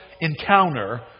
encounter